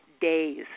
days